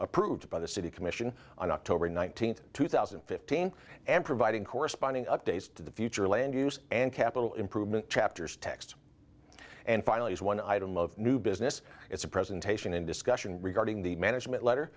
approved by the city commission on october nineteenth two thousand and fifteen and providing corresponding updates to the future land use and capital improvement chapters text and finally as one item of new business is a presentation in discussion regarding the management letter